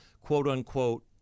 quote-unquote